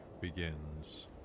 begins